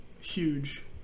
Huge